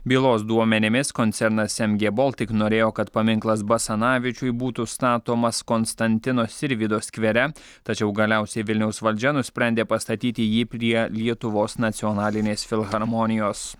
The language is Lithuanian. bylos duomenimis koncernas em gie boltik norėjo kad paminklas basanavičiui būtų statomas konstantino sirvydo skvere tačiau galiausiai vilniaus valdžia nusprendė pastatyti jį prie lietuvos nacionalinės filharmonijos